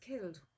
killed